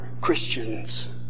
Christians